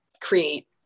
create